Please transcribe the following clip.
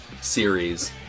series